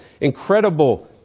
incredible